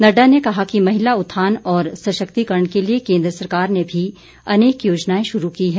नड्डा ने कहा कि महिला उत्थान और सशक्तिकरण के लिए केन्द्र सरकार ने भी अनेक योजनाए शुरू की हैं